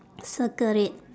circle it